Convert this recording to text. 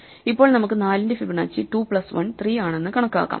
ഇപ്പോൾ നമുക്ക് 4 ന്റെ ഫിബൊനാച്ചി 2 പ്ലസ് 1 3 ആണെന്ന് കണക്കാക്കാം